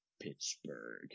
Pittsburgh